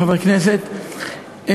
חברי כנסת,